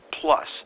plus